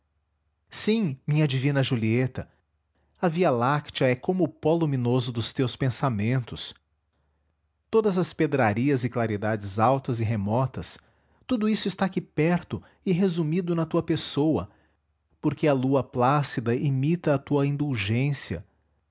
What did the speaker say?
terra sim minha divina julieta a via-láctea é como o pó luminoso dos teus pensamentos todas as pedrarias e claridades altas e remotas tudo isso está aqui perto e resumido na tua pessoa porque a lua plácida imita a tua indulgência